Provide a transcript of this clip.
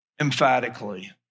emphatically